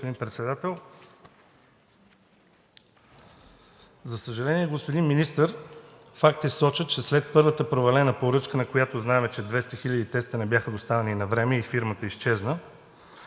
Благодаря, господин Председател. За съжаление, господин Министър, фактите сочат, че след първата провалена поръчка, за която знаем, че 200 хиляди теста не бяха доставени навреме и фирмата изчезна,